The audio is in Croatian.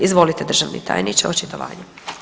Izvolite državni tajniče očitovanje.